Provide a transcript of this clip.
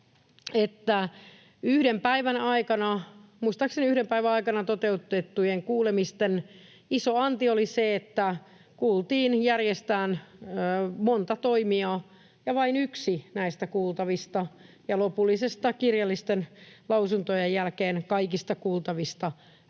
— muistaakseni yhden päivän aikana — toteutettujen kuulemisten iso anti oli se, että kuultiin järjestään monta toimijaa ja vain yksi näistä kuultavista ja kirjallisten lausuntojen jälkeen kaikista lopullisista